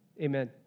Amen